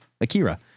Akira